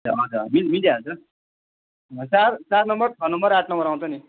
हज हजुर मिलिहाल्छ नि चार चार नम्बर छ नम्बर आठ नम्बर आउँछ नि